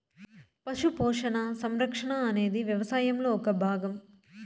పశు పోషణ, సంరక్షణ అనేది వ్యవసాయంలో ఒక భాగం